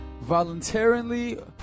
voluntarily